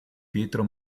pietro